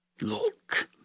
Look